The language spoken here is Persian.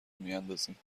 میاندازیم